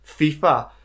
FIFA